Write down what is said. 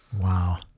wow